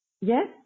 Yes